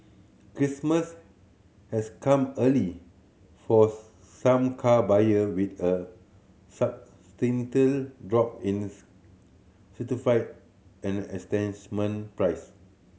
Christmas has come early for some car buyer with a substantial drop in certify and entitlement price